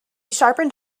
sharpened